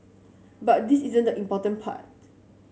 but this isn't the important part